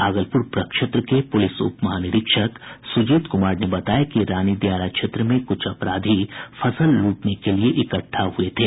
भागलपुर प्रक्षेत्र के पुलिस उपमहानिरीक्षक सुजीत कुमार ने बताया कि रानी दियारा क्षेत्र में कुछ अपराधी फसल लूटने के लिये इकट्ठा हुए थे